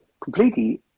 completely